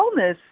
wellness